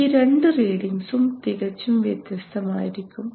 ഈ രണ്ടു റീഡിങ്സും തികച്ചും വ്യത്യസ്തമായിരിക്കും